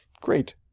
Great